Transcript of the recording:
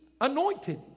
anointed